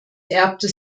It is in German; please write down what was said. erbte